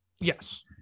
Yes